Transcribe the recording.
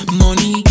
money